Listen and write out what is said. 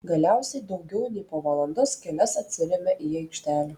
galiausiai daugiau nei po valandos kelias atsiremia į aikštelę